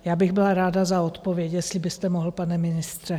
Já bych byla ráda za odpověď, jestli byste mohl, pane ministře.